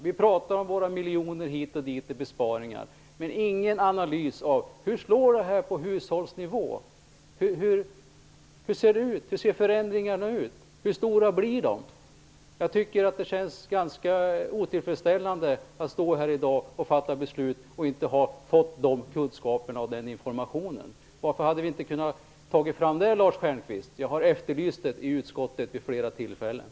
Vi talar om några miljoner hit och dit i besparingar, men det görs ingen analys av hur dessa slår för hushållen. Hur ser förändringarna ut? Hur stora blir de? Jag tycker att det känns ganska otillfredsställande att i dag fatta beslut när man inte har fått de kunskaperna och den informationen. Varför har man inte kunnat ta fram detta, Lars Stjernkvist? Jag har vid flera tillfällen efterlyst det i utskottet.